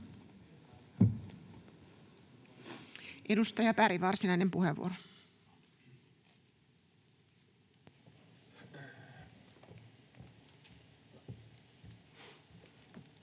Edustaja Berg, varsinainen puheenvuoro. [Speech